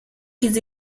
qu’ils